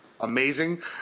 amazing